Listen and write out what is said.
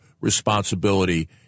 responsibility